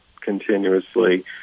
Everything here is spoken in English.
continuously